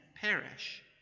perish